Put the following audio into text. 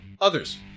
others